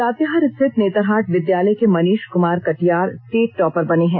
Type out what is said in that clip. लातेहार स्थित नेतरहाट विद्यालय के मनीष कुमार कटियार स्टेट टॉपर बने हैं